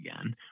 again